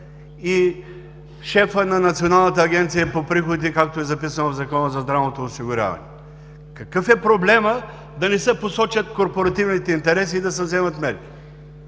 и шефът на Националната агенция по приходите, както е записано в Закона за здравното осигуряване? Какъв е проблемът да не се посочат корпоративните интереси и да се вземат мерки?